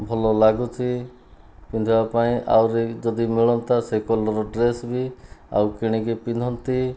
ଭଲ ଲାଗୁଛି ପିନ୍ଧିବା ପାଇଁ ଆହୁରି ଯଦି ମିଳନ୍ତା ସେ କଲର୍ ଡ୍ରେସ ବି ଆଉ କିଣିକି ପିନ୍ଧନ୍ତି